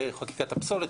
וחקיקת הפסולת,